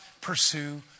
pursue